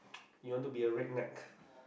you want to be a red neck